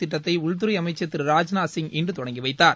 திட்டத்தை உள்துறை அமைச்சர் திரு ராஜ்நாத் சிங் இன்று தொடங்கி வைத்தார்